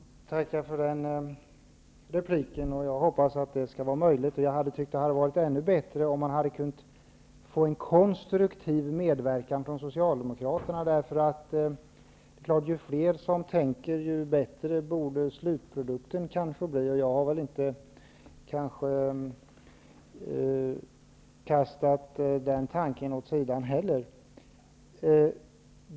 Herr talman! Jag tackar för det beskedet. Jag hoppas att det skall vara möjligt att få fram ett bra förslag, och det hade varit ännu bättre om vi kunnat få en konstruktiv medverkan från Socialdemokraterna. Ju fler som tänker, desto bättre borde slutprodukten bli, och jag har inte lagt den tanken åt sidan heller.